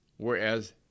Whereas